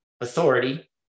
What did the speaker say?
authority